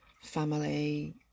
family